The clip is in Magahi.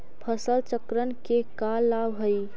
फसल चक्रण के का लाभ हई?